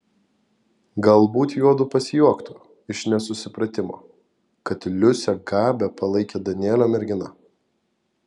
galbūt juodu pasijuoktų iš nesusipratimo kad liusė gabę palaikė danielio mergina